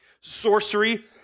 sorcery